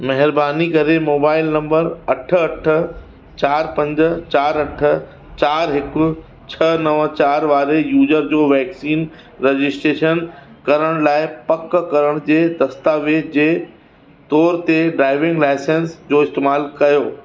महिरबानी करे mobile number अठ अठ चारि पंज चारि अठ चारि हिकु छह नव चारि वारे यूजर जो वैक्सीन रजिस्ट्रेशन करण लाइ पक करण जे दस्तावेज़ जे तौर ते ड्राइविंग लाइसेंस जो इस्तेमालु कयो